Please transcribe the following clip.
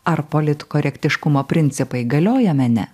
ar politkorektiškumo principai galioja mene